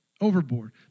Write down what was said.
overboard